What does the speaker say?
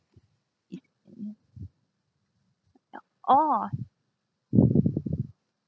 oh